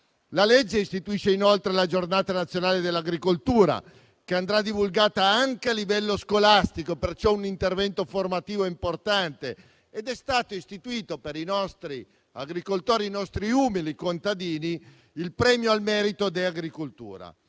La legge istituisce, inoltre, la Giornata nazionale dell'agricoltura, che andrà divulgata anche a livello scolastico; perciò, è un intervento formativo importante. È stato istituito, per i nostri agricoltori, i nostri umili contadini, il premio al merito De agri cultura.